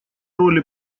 роли